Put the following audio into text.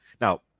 Now